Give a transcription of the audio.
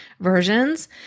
versions